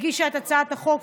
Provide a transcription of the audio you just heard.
מה שנקרא, הגישה את הצעת החוק.